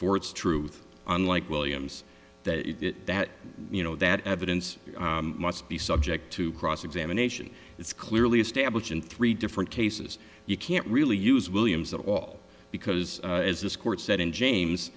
its truth unlike williams that that you know that evidence must be subject to cross examination it's clearly established in three different cases you can't really use williams at all because as this court said in james